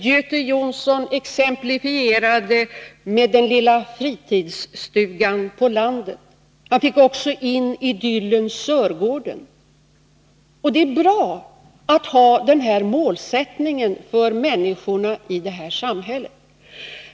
Göte Jonsson exemplifierade denna med den lilla fritidsstugan på landet. Han fick också med idyllen Sörgården. Det är bra att ha en sådan målsättning för människorna i vårt samhälle.